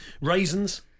Raisins